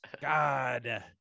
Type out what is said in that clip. God